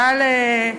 תודה לד"ר,